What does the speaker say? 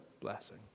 blessing